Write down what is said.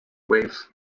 wales